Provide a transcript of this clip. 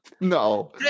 No